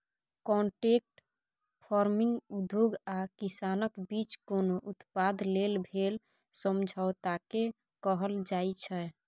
contract farming उद्योग आ किसानक बीच कोनो उत्पाद लेल भेल समझौताकेँ कहल जाइ छै